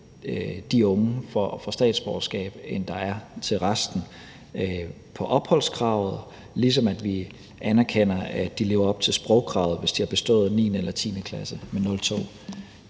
de unge til at få statsborgerskab, end der er for resten, i forhold til opholdskravet, ligesom vi anerkender, at de lever op til sprogkravet, hvis de har bestået 9. eller 10. klasse med 02.